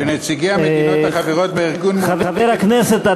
לנציגי המדינות החברות בארגון, חבר הכנסת,